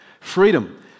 Freedom